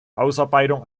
ausarbeitung